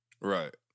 Right